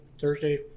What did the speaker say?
Thursday